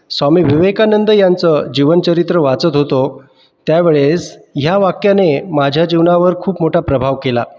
स्वामी विवेकानंद यांचं जीवनचरित्र वाचत होतो त्यावेळेस ह्या वाक्याने माझ्या जीवनावर खूप मोठा प्रभाव केला